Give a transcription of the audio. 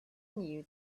knew